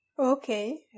Okay